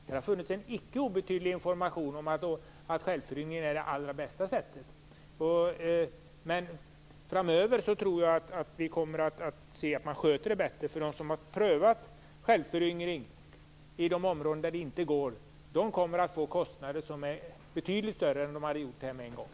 Det har lämnats en icke obetydlig information om att självföryngring är det allra bästa sättet. Jag tror dock att vi framöver kommer att se att detta sköts bättre. De som har prövat på självföryngring i de områden där sådan inte fungerar kommer att få betydligt större kostnader än vad som blivit fallet om de hade gjort rätt från början.